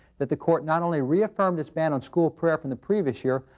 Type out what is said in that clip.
that the court not only reaffirmed this ban on school prayer from the previous year,